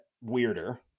weirder